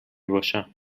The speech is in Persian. باشم